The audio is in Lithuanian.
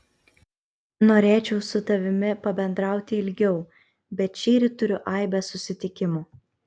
norėčiau su tavimi pabendrauti ilgiau bet šįryt turiu aibę susitikimų